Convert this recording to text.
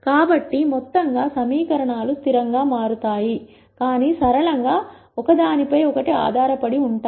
కాబట్టి మొత్తంగా సమీకరణాలు స్థిరం గా మారతాయి కానీ సరళంగా ఒక దానిపై ఒకటి ఆధారపడి ఉంటాయి